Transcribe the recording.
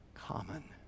common